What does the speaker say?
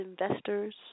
investors